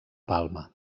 palma